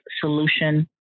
solution